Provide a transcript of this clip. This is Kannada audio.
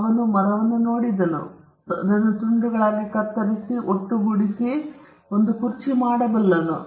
ಅವರು ಮರವನ್ನು ನೋಡಿದರು ಅವುಗಳನ್ನು ತುಂಡುಗಳಾಗಿ ಕತ್ತರಿಸುತ್ತಾರೆ ನಂತರ ಅವರು ಅವರನ್ನು ಒಟ್ಟುಗೂಡಿಸುತ್ತಾ ಅವನು ಹಾಗೆ ಮಾಡಬಲ್ಲನು